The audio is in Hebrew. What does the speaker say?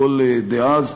הכול דאז,